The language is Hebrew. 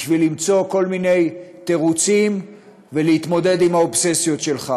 בשביל למצוא כל מיני תירוצים ולהתמודד עם האובססיות שלך?